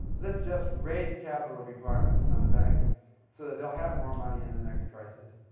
let's just raise capital requirements on banks so that they'll have more money in the next crisis.